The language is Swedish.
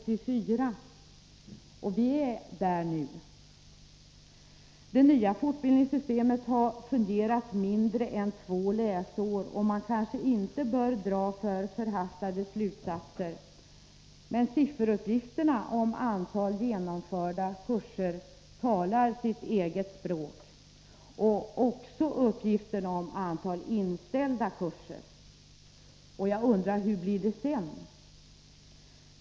Vi är där nu! Det nya fortbildningssystemet har fungerat mindre än två läsår, och man kanske inte bör dra för förhastade slutsatser. Men sifferuppgifterna om antalet genomförda kurser talar sitt eget språk — också uppgiften om antalet inställda kurser. Jag undrar: Hur blir det sedan?